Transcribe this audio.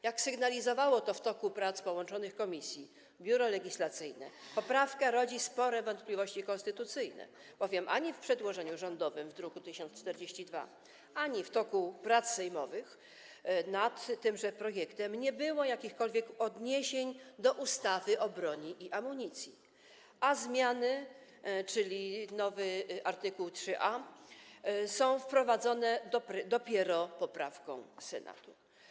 Jak sygnalizowało w toku prac połączonych komisji Biuro Legislacyjne, poprawka rodzi spore wątpliwości konstytucyjne, bowiem ani w przedłożeniu rządowym w druku nr 1042, ani w toku prac sejmowych nad tymże projektem nie było jakichkolwiek odniesień do ustawy o broni i amunicji, a zmiany, czyli nowy art. 3a, są wprowadzone dopiero poprawką Senatu.